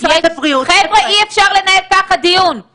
הבריאות שיאשר את המתווים הגדולים יותר,